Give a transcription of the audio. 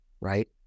right